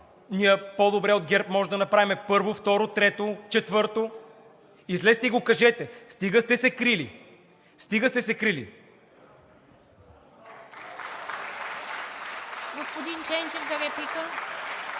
ние по-добре от ГЕРБ може да направим първо, второ, трето, четвърто. Излезте и го кажете. Стига сте се крили, стига сте се крили. (Ръкопляскания